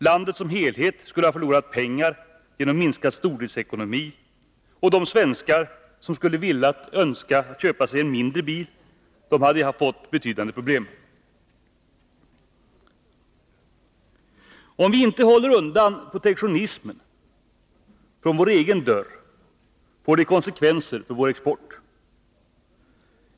Landet som helhet skulle ha förlorat pengar genom minskad stordriftsekonomi, och de svenskar som önskade köpa sig en mindre bil hade fått betydande problem. Om vi inte håller undan protektionismen från vår egen dörr, får det konsekvenser för vår export.